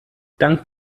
dank